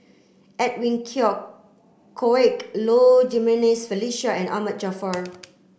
Edwin Koek Low Jimenez Felicia and Ahmad Jaafar